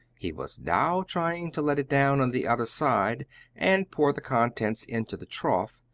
he was now trying to let it down on the other side and pour the contents into the trough,